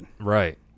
Right